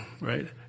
right